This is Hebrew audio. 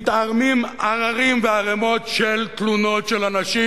נערמים הרים וערימות של תלונות של אנשים